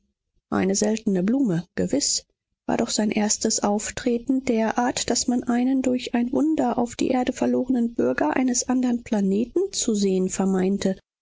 eine seltene blume gewiß war doch sein erstes auftreten derart daß man einen durch ein wunder auf die erde verlorenen bürger eines andern planeten zu sehen